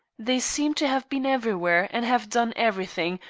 they seem to have been everywhere and have done everything,